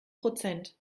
prozent